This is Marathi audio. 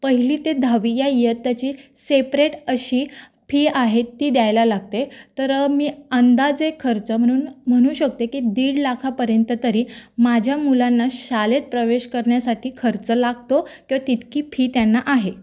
पहिली ते दहावी या इयत्ताची सेपरेट अशी फी आहे ती द्यायला लागते तर मी अंदाजे खर्च म्हणून म्हणू शकते की दीड लाखापर्यंत तरी माझ्या मुलांना शाळेत प्रवेश करण्यासाठी खर्च लागतो किंवा तितकी फी त्यांना आहे